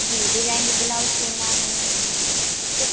जी design में blouse सिलना है मुझको